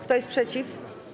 Kto jest przeciw?